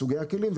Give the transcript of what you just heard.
סוגי הכלים,